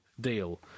deal